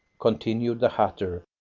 continued the hatter,